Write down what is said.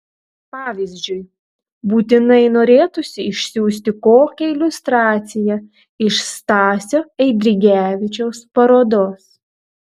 pavyzdžiui būtinai norėtųsi išsiųsti kokią iliustraciją iš stasio eidrigevičiaus parodos